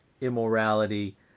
immorality